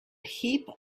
heap